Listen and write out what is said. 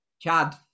chad